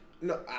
No